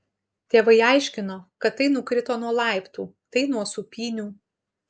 tėvai aiškino kad tai nukrito nuo laiptų tai nuo sūpynių